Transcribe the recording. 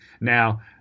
now